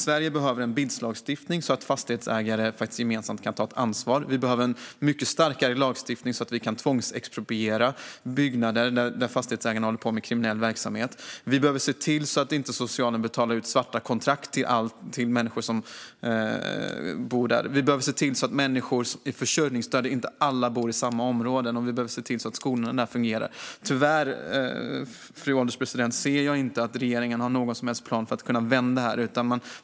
Sverige behöver en BID-lagstiftning så att fastighetsägare kan ta ansvar gemensamt. Vi behöver en mycket starkare lagstiftning för att kunna tvångsexpropriera byggnader där fastighetsägarna håller på med kriminell verksamhet. Vi behöver se till att socialen inte betalar för svarta kontrakt så att människor kan bo i sådana lägenheter. Vi måste se till att inte alla människor med försörjningsstöd bor i samma områden. Vi behöver också se till att skolorna fungerar där. Tyvärr, fru ålderspresident, ser jag inte att regeringen har någon som helst plan för att vända detta.